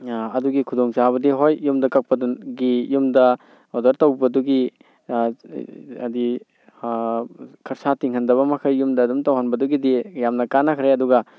ꯑꯗꯨꯒꯤ ꯈꯨꯗꯣꯡ ꯆꯥꯕꯗꯤ ꯍꯣꯏ ꯌꯨꯝꯗ ꯀꯛꯄꯗꯨꯒꯤ ꯌꯨꯝꯗ ꯑꯣꯔꯗꯔ ꯇꯧꯕꯗꯨꯒꯤ ꯍꯥꯏꯗꯤ ꯈꯔꯁꯥ ꯇꯤꯡꯍꯟꯗꯕ ꯃꯈꯩ ꯌꯨꯝꯗ ꯑꯗꯨꯝ ꯇꯧꯍꯟꯕꯗꯨꯒꯤꯗꯤ ꯌꯥꯝꯅ ꯀꯥꯟꯅꯈ꯭ꯔꯦ ꯑꯗꯨꯒ